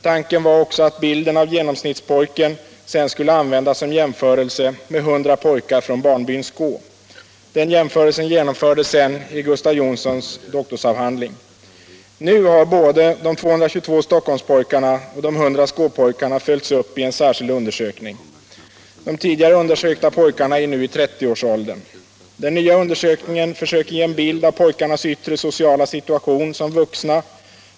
Tanken var också att bilden av genomsnittspojken sedan skulle användas för jämförelse med 100 pojkar från barnbyn Skå. Denna jämförelse genomfördes sedan i Gustav Jonssons doktorsavhandling. Nu har både de 222 Stockholmspojkarna och de 100 Skåpojkarna följts upp i en särskild undersökning. De tidigare undersökta pojkarna är nu i 30-årsåldern. Den nya undersökningen försöker ge en bild av pojkarnas yttre sociala situation som vuxna.